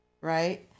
right